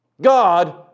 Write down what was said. God